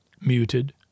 muted